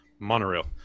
monorail